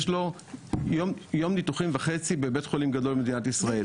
יש לו יום ניתוחים וחצי בבית חולים גדול במדינת ישראל,